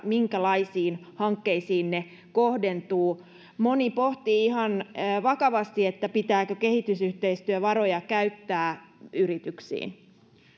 minkälaisiin hankkeisiin ne todellisuudessa kohdentuvat moni pohtii ihan vakavasti pitääkö kehitysyhteistyövaroja käyttää yrityksiin